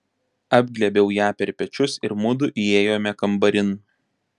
apglėbiau ją per pečius ir mudu įėjome kambarin